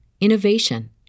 innovation